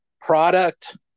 product